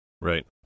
Right